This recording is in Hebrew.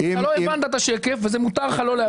לא הבנת את השקף, וזה מותר לך לא להבין.